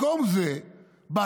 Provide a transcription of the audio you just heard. במקום זה באת,